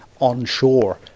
onshore